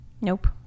Nope